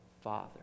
Father